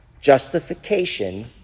Justification